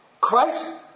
Christ